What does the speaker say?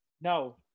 No